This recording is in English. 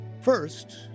First